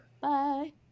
Bye